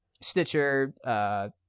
Stitcher